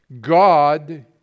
God